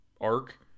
arc